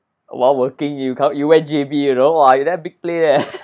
while working you come you went J_B you know !wah! you damn big play leh